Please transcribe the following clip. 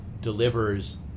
delivers